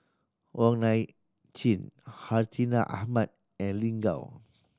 Wong Nai Chin Hartinah Ahmad and Lin Gao